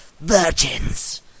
virgins